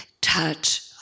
touch